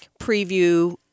preview